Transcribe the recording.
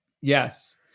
yes